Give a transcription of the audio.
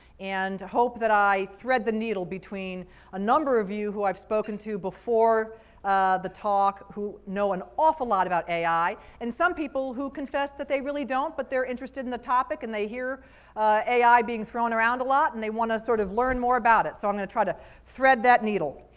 and hope that i thread the needle between a number of you who i've spoken to before the talk who know an awful lot about ai, and some people who confess that they really don't, but they're interested in the topic, and they hear ai being thrown around a lot, and they want to sort of learn more about it. so i'm going to try to thread that needle.